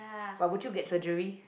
but would you get surgery